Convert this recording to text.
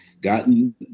gotten